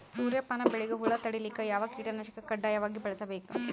ಸೂರ್ಯಪಾನ ಬೆಳಿಗ ಹುಳ ತಡಿಲಿಕ ಯಾವ ಕೀಟನಾಶಕ ಕಡ್ಡಾಯವಾಗಿ ಬಳಸಬೇಕು?